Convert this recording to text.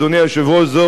אדוני היושב-ראש,